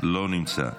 לא נמצא,